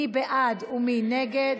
מי בעד ומי נגד?